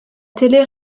télé